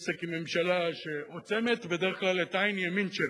עסק עם ממשלה שעוצמת בדרך כלל את עין ימין שלה.